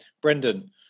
Brendan